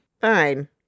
Fine